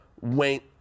went